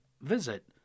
visit